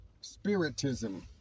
spiritism